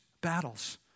battles